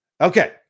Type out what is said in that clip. okay